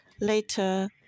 later